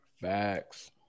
Facts